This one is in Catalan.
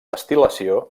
destil·lació